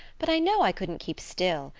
but i know i couldn't keep still.